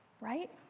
right